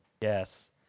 Yes